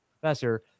professor